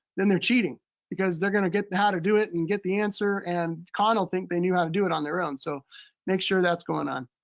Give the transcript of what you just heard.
then they're cheating because they're gonna get how to do it, and get the answer and khan'll think they knew how to do it on their own. so make sure that's going on.